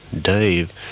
Dave